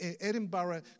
Edinburgh